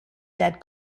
dead